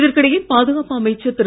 இதற்கிடையே பாதுகாப்பு அமைச்சர் திரு